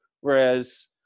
whereas